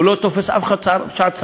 לא תופס אף אחד בשעת צערו.